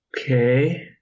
Okay